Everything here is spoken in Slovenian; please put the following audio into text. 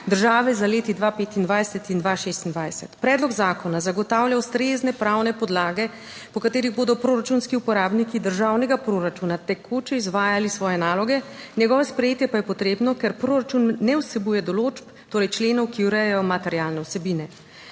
države za leti 2025 in 2026. Predlog zakona zagotavlja ustrezne pravne podlage, po katerih bodo proračunski uporabniki državnega proračuna tekoče izvajali svoje naloge, njegovo sprejetje pa je potrebno, ker proračun ne vsebuje določb, torej členov, ki urejajo materialne vsebine.